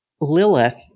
Lilith